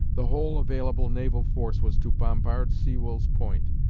the whole available naval force was to bombard sewall's point,